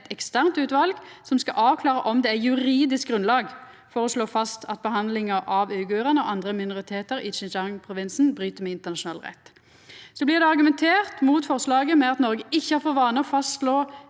eit eksternt utval som skal avklara om det er juridisk grunn lag for å slå fast at behandlinga av uigurane og andre minoritetar i Xinjiang-provinsen bryt med internasjonal rett. Det blir argumentert mot forslaget med at Noreg ikkje har for vane å fastslå